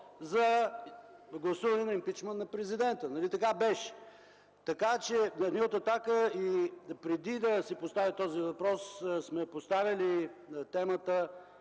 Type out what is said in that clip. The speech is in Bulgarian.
за гласуване на импийчмънт на президента. Нали така беше? Ние от „Атака” и преди да се постави този въпрос сме поставяли темата